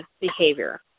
behavior